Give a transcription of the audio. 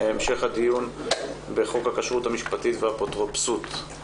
המשך הדיון בחוק הכשרות המשפטית והאפוטרופסות.